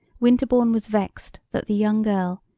winterbourne was vexed that the young girl,